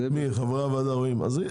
שבועיים,